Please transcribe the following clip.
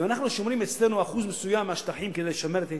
אם אנחנו שומרים אצלנו אחוז מסוים מהשטחים כדי לשמר את ההתיישבויות,